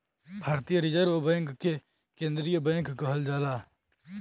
भारतीय reserve bank के केन्द्रीय बैंक कहल जाला